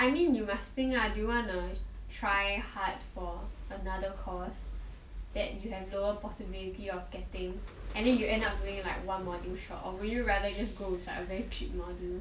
I mean you must think ah do you want to try hard for another course that you have lower possibility of getting and then you end up doing like one module short or would you rather just go with a very cheap module